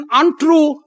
untrue